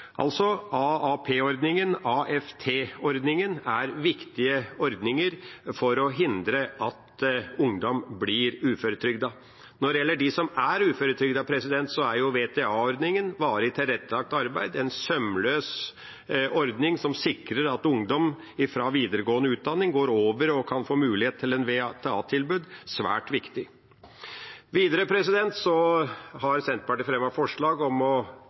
Altså: AAP-ordningen og AFT-ordningen er viktige ordninger for å hindre at ungdom blir uføretrygdet. Når det gjelder dem som er uføretrygdet, er VTA-ordningen – varig tilrettelagt arbeid, en sømløs ordning som sikrer at ungdom fra videregående utdanning går over på og kan få mulighet til et VTA-tilbud – svært viktig. Videre har Senterpartiet fremmet forslag om å